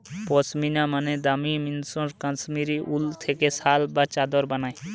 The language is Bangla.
পশমিনা মানে দামি মসৃণ কাশ্মীরি উল থেকে শাল বা চাদর বানায়